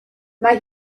mae